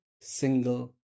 single